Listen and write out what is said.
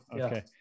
Okay